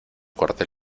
cuartel